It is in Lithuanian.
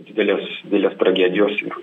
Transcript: didelės didelės tragedijos ir